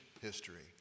history